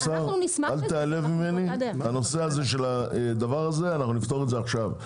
את הנושא הזה נפתור עכשיו,